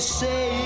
say